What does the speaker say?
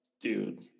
dude